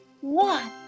one